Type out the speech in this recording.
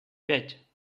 пять